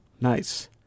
Nice